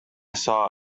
saw